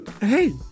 Hey